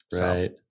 Right